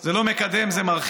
זה לא מקדם, זה מרחיק.